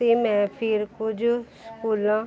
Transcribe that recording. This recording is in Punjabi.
ਅਤੇ ਮੈਂ ਫੇਰ ਕੁਝ ਸਕੂਲਾਂ